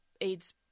AIDS